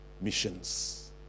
Missions